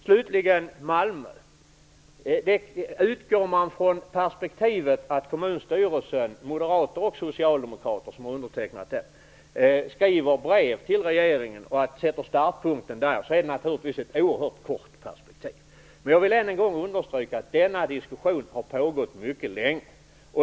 När det gäller Malmö vill jag slutligen säga att sätter man startpunkten vid att kommunstyrelsen, moderater och socialdemokrater, skriver brev till regeringen är det naturligtvis ett oerhört kort perspektiv. Men jag vill än en gång understryka att denna diskussion har pågått mycket länge.